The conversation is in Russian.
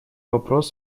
вопрос